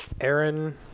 Aaron